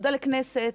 תודה לכנסת,